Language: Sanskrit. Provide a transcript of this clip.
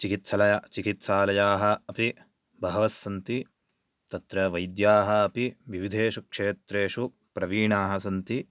चिकित्सालय चिकित्सालया अपि बहव सन्ति तत्र वैद्या अपि विविधेषू क्षेत्रेषु प्रवीणा सन्ति